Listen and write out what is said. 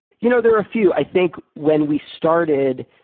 you know there are a few. i think when we started,